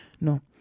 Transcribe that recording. No